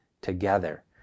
together